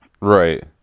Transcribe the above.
Right